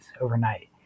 overnight